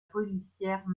policière